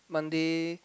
Monday